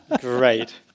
Great